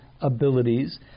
abilities